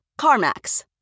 CarMax